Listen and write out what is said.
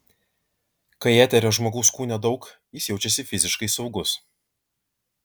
kai eterio žmogaus kūne daug jis jaučiasi fiziškai saugus